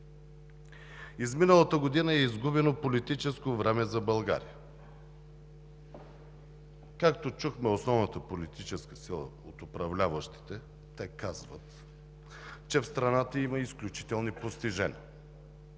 Изминалата година е изгубено политическо време за България. Чухме основната политическа сила, управляващите казват: в страната има изключителни постижения